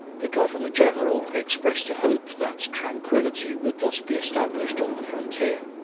the governor-general expressed a hope that tranquillity would thus be established on the frontier,